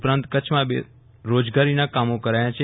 ઉપરાંત કચ્છમાં રોજગારીના કામો કારાયા છે